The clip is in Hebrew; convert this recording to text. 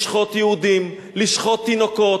לשחוט יהודים, לשחוט תינוקות.